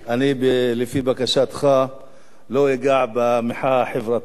אני לפי בקשתך לא אגע במחאה החברתית.